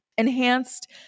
Enhanced